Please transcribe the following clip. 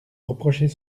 reprocher